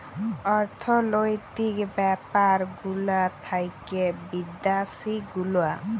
অর্থলৈতিক ব্যাপার গুলা থাক্যে বিদ্যাসি গুলা